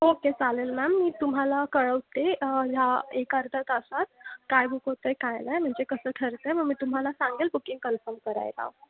okay चालेल ma'am मी तुम्हाला कळवते ह्या एक अर्धा तासात काय बुक होत आहे काय नाय म्हणजे कसं ठरत आहे मग मी तुम्हाला सांगेल बुकिंग कन्फम करायला